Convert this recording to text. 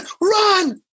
Run